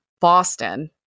Boston